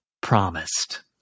promised